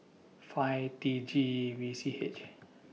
five T G V C H